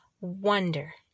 wonder